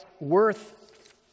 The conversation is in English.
worth